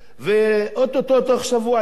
ואו-טו-טו, בתוך שבוע ימים.